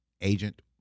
agent